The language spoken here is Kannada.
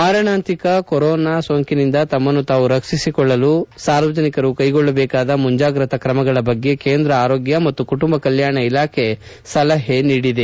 ಮಾರಣಾಂತಿಕ ಕೊರೋನಾ ಸೋಂಕಿನಿಂದ ತಮ್ಮನ್ನು ತಾವು ರಕ್ಷಿಸಿಕೊಳ್ಳಲು ಸಾರ್ವಜನಿಕರು ಕೈಗೊಳ್ಳಬೇಕಾದ ಮುಂಜಾಗ್ರತಾ ತ್ರಮಗಳ ಬಗ್ಗೆ ಕೇಂದ್ರ ಆರೋಗ್ನ ಮತ್ತು ಕುಟುಂಬ ಕಲ್ಲಾಣ ಇಲಾಖೆ ಸಲಹೆ ಮಾಡಿದೆ